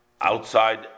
outside